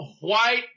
white